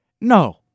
No